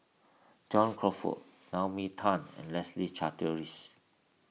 John Crawfurd Naomi Tan and Leslie Charteris